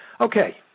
Okay